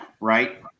right